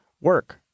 work